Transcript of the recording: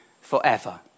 forever